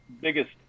biggest